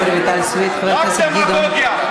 רק דמגוגיה.